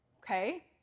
Okay